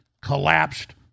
collapsed